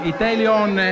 Italian